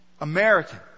American